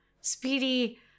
Speedy